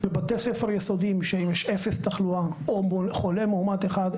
בבתי ספר יסודיים שיש אפס תחלואה או חולה מאומת אחד,